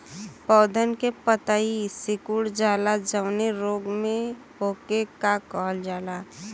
पौधन के पतयी सीकुड़ जाला जवने रोग में वोके का कहल जाला?